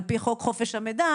על-פי חוק חופש המידע,